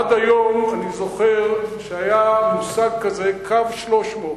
עד היום אני זוכר שהיה מושג כזה, "קו 300",